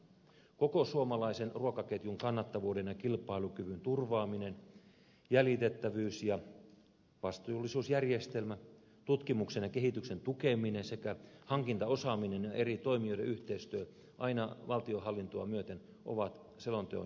koko suomalaisen ruokaketjun kannattavuuden ja kilpailukyvyn turvaaminen jäljitettävyys ja vastuullisuusjärjestelmä tutkimuksen ja kehityksen tukeminen sekä hankintaosaaminen ja eri toimijoiden yhteistyö aina valtionhallintoa myöten ovat selonteon johtoajatuksia